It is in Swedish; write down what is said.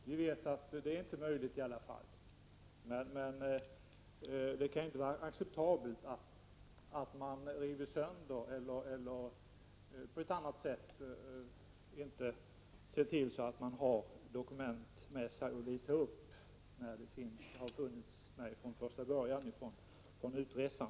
Vi vet att det dock inte är möjligt i samtliga fall. Det kan dock inte vara acceptabelt att man river sönder eller på annat sätt förstör sina resedokument som har funnits från början vid avresan.